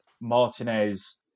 Martinez